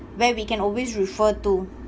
where we can always refer to